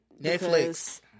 Netflix